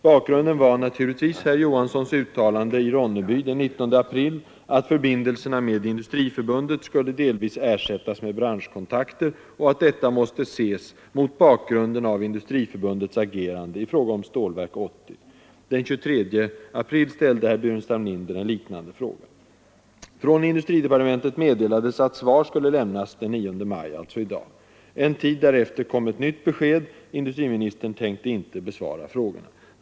Bakgrunden var naturligtvis herr Johanssons uttalande i Ronneby den 19 april att förbindelserna med Industriförbundet skulle delvis ersättas med branschkontakter, och att detta måste ses mot bakgrunden av Industriförbundets agerande i fråga om Stålverk 80. Den 23 april ställde herr Burenstam Linder en liknande fråga. Från industridepartementet meddelades att svar skulle lämnas den 9 maj, alltså i dag. En tid därefter kom ett nytt besked — industriministern tänkte inte besvara frågorna.